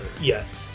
Yes